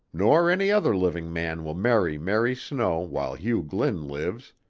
nor any other living man will marry mary snow while hugh glynn lives,